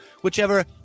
whichever